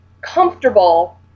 comfortable